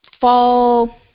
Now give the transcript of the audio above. fall